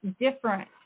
different